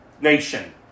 nation